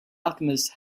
alchemist